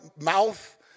mouth